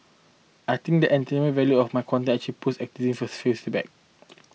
I think that entertainment value of my content actually pushed activism a few step back